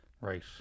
right